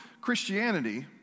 Christianity